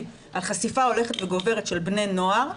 על חשיפה הולכת וגוברת של בני נוער,